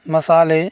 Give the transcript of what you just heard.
मसाले